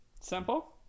simple